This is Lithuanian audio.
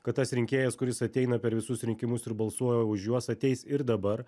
kad tas rinkėjas kuris ateina per visus rinkimus ir balsuoja už juos ateis ir dabar